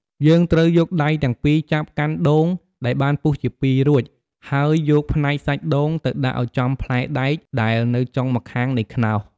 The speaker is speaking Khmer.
យើងត្រូវយកដៃទាំងពីរចាប់កាន់ដូងដែលបានពុះជាពីររួច ហើយយកផ្នែកសាច់ដូងទៅដាក់ឱ្យចំផ្លែដែកដែលនៅចុងម្ខាងនៃខ្នោស។